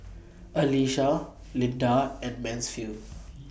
Alysa Lynda and Mansfield